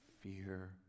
fear